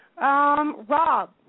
Rob